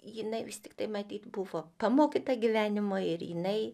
jinai vis tiktai matyt buvo pamokyta gyvenimo ir jinai